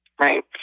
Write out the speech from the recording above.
right